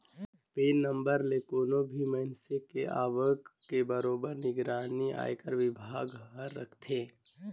PAN number ले कोनो भी मइनसे के आवक के बरोबर निगरानी आयकर विभाग हर राखथे